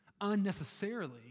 unnecessarily